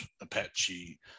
apache